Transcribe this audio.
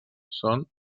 són